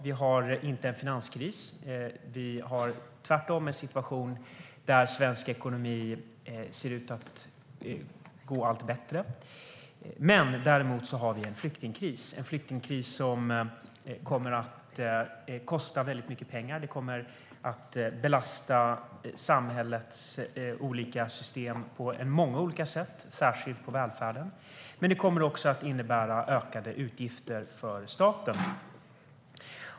Det är inte en finanskris. Tvärtom ser svensk ekonomi ut att gå allt bättre. Däremot råder det en flyktingkris. Den kommer att kosta mycket pengar, och den kommer att belasta samhällets olika system på många olika sätt - särskilt på välfärdsområdet. Den kommer också att innebära ökade utgifter för staten.